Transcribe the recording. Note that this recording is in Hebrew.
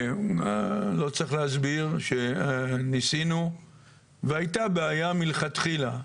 לא צריך להסביר שניסינו והייתה בעיה מלכתחילה.